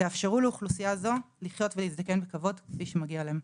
תאפשרו לאוכלוסייה זו לחיות ולהזדקן בכבוד כפי שמגיע להם.